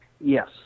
Yes